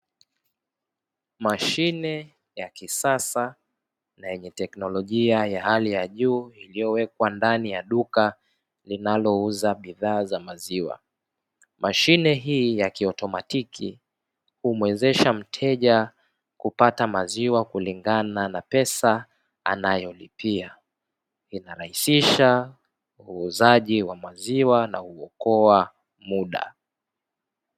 Mashine ya kisasa na yenye teknolojia ya hali ya juu, iliyowekwa ndani ya duka linalouza bidhaa za maziwa. Mashine hii ya kiotomatiki humwezesha mteja, kupata maziwa kulingana na pesa anayolipia. Inarahisisha uunzaji wa maziwa na huokoa muda.